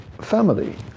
family